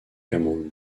cameroun